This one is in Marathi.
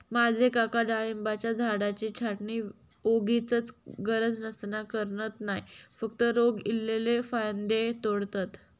माझे काका डाळिंबाच्या झाडाची छाटणी वोगीचच गरज नसताना करणत नाय, फक्त रोग इल्लले फांदये तोडतत